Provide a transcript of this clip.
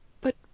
But